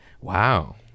Wow